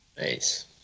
Nice